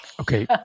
Okay